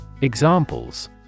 Examples